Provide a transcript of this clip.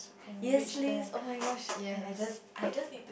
yes please oh-my-gosh I just I just need to